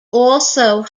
also